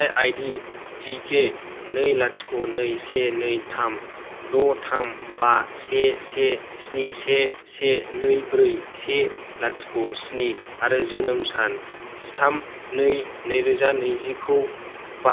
ID थि के नै लाथिख' नै से नै थाम द' थाम बा से से स्नि से से नै ब्रै से लाथिख स्नि आरो जोनोम सान जिथाम नै नैरोजा नैजिखौ